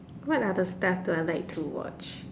what are the stuff that I like to watch